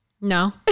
No